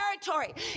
territory